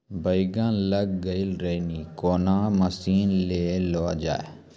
बैंगन लग गई रैली कौन मसीन ले लो जाए?